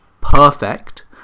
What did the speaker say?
perfect